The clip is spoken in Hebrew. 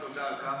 ותודה על כך,